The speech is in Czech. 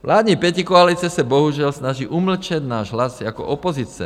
Vládní pětikoalice se bohužel snaží umlčet náš hlas jako opozice.